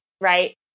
right